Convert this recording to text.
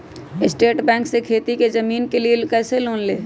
State bank से खेती की जमीन के लिए कैसे लोन ले?